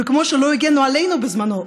וכמו שלא הגנו עלינו בזמנו,